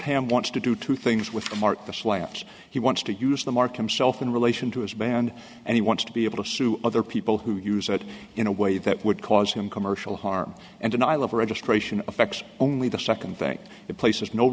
ham wants to do two things with art the slant he wants to use the markham self in relation to his band and he wants to be able to sue other people who use it in a way that would cause him commercial harm and an i love registration affects only the second thing it places no